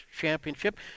Championship